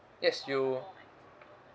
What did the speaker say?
yes you